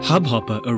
Hubhopper